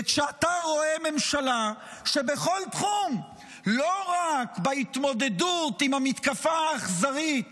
וכשאתה רואה ממשלה שבכל תחום לא רואה בהתמודדות עם המתקפה האכזרית